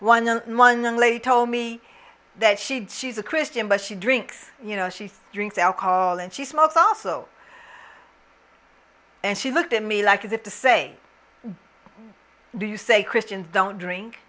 one and lady told me that she does she's a christian but she drinks you know she drinks alcohol and she smokes also and she looked at me like as if to say do you say christians don't drink